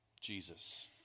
jesus